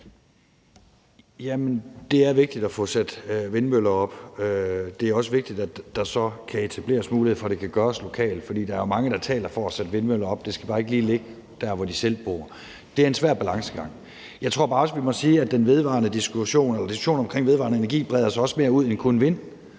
det er vigtigt at få sat vindmøller op. Det er også vigtigt, at der så kan etableres mulighed for, at det kan gøres lokalt, for der er mange, der taler for at sætte vindmøller op, men de skal bare ikke lige ligge dér, hvor de selv bor. Det er en svær balancegang. Jeg tror bare også, vi må sige, at diskussionen om vedvarende energi breder sig mere ud end til kun